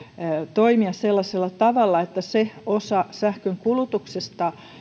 toimia sellaisella tavalla että ajoitetaan älykkäästi se osa sähkönkulutuksesta